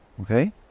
Okay